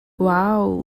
uau